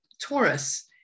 Taurus